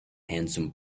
handsome